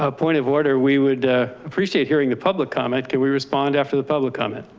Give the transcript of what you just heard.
ah point of order, we would appreciate hearing the public comment. can we respond after the public comment?